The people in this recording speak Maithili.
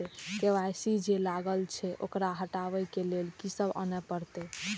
के.वाई.सी जे लागल छै ओकरा हटाबै के लैल की सब आने परतै?